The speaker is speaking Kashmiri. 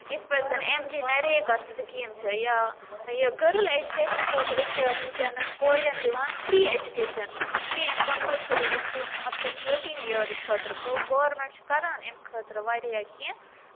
یِتھ پٲٹھۍ زَن اٮ۪م جی نَریٚگا سِکیٖم چھِ یا یہِ گٔرٕل اٮ۪جُکیشنہٕ خٲطرٕ چھِ وٕنکٮ۪نن کورٮ۪ن دِوان free education free and compulsory education up to fourteen years خٲطرٕ گوٚو گورمینٹ چھُ کَران امہِ خٲطرٕ واریاہ کیٚنٛہہ